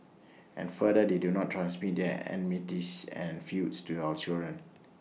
and further that they do not transmit their enmities and feuds to our children